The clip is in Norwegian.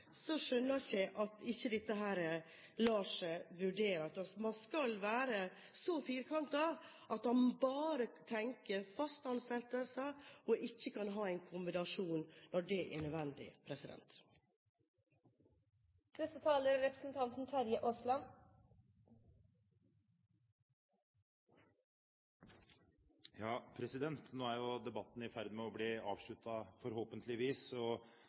så firkantet at man bare tenker fast ansettelse, og ikke kan ha en kombinasjon, når det er nødvendig. Nå er debatten i ferd med å bli avsluttet, forhåpentligvis.